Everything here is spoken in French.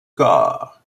corps